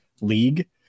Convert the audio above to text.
league